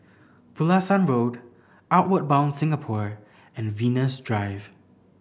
Pulasan Road Outward Bound Singapore and Venus Drive